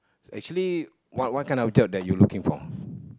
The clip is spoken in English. actually what what kind of job you looking for